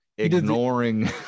ignoring